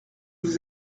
vous